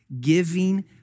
Giving